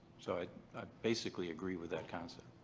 so i basically agree with that concept.